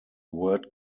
word